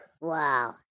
Wow